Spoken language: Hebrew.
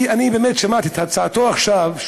ואני באמת שמעתי את הצעתו עכשיו,